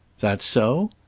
that so?